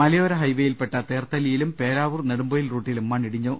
മലയോര ഹൈവേയിൽപ്പെട്ട തേർത്തല്ലിയിലും പേരാവൂർ നെടു മ്പൊയിൽ റൂട്ടിലും മണ്ണിടിഞ്ഞു